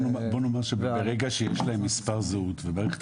בוא נאמר שברגע שיש להם מספר זהות ומערכת